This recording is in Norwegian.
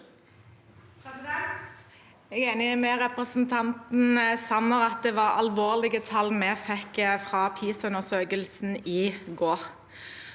Jeg er enig med representanten Sanner i at vi fikk alvorlige tall fra PISA-undersøkelsen i går.